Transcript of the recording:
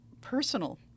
personal